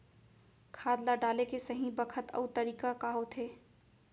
खाद ल डाले के सही बखत अऊ तरीका का होथे?